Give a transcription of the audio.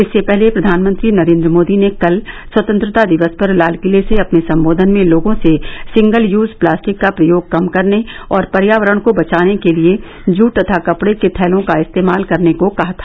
इससे पहले प्रधानमंत्री नरेन्द्र मोदी ने कल स्वतंत्रता दिवस पर लाल किले से अपने संबोधन में लोगों से सिंगल यूज़ प्लास्टिक का प्रयोग कम करने और पर्यावरण को बचाने के लिए जूट तथा कपड़े के थैलों का इस्तेमाल करने को कहा था